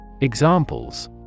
Examples